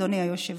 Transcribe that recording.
אדוני היושב-ראש.